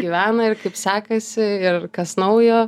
gyvena ir kaip sekasi ir kas naujo